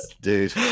dude